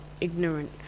ignorant